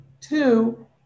two